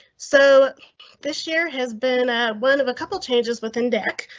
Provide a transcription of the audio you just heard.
so this year has been a one of a couple changes within deck.